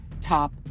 top